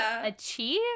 achieve